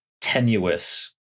tenuous